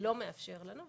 לא מאפשר לנו.